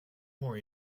more